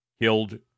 killed